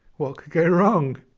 what could go wrong?